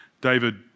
David